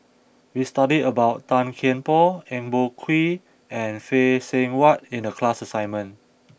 We study about Tan Kian Por Eng Boh Kee and Phay Seng Whatt in the class assignment